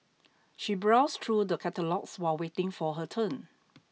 she browsed through the catalogues while waiting for her turn